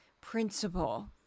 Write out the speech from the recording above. principle